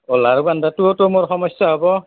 অঁ লাৰু বান্ধাটোওতো মোৰ সমস্যা হ'ব